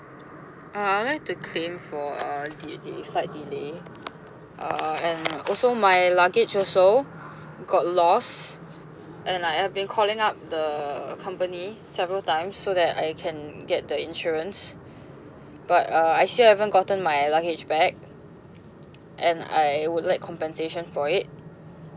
uh I would like to claim for uh delay flight delay uh and also my luggage also got lost and I have been calling up the company several times so that I can get the insurance but uh I still haven't gotten my luggage back and I would like compensation for it